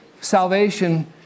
salvation